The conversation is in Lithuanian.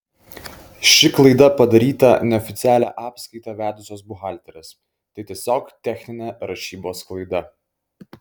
ši klaida padaryta neoficialią apskaitą vedusios buhalterės tai tiesiog techninė rašybos klaida